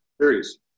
series